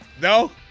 No